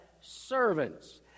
servants